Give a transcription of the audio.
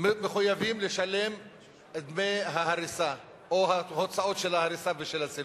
מחויבים לשלם את דמי ההריסה או את הוצאות ההריסה והסילוק.